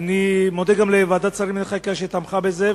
אני מודה גם לוועדת השרים לענייני חקיקה שתמכה בזה.